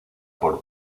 por